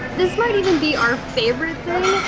this might even be our favorite thing,